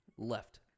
Left